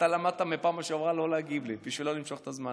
אתה למדת מהפעם שעברה לא להגיב לי בשביל לא למשוך את הזמן,